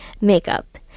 makeup